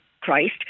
Christ